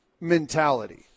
mentality